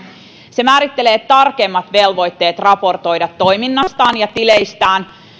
määritellään tarkemmat velvoitteet raportoida toiminnasta ja tileistä